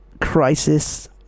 crisis